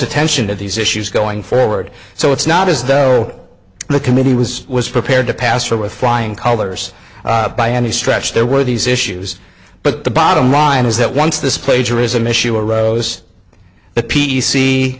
attention to these issues going forward so it's not as though the committee was was prepared to pass for with flying colors by any stretch there were these issues but the bottom line is that once this plagiarism issue arose the p c